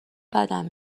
بدم